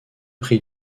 pris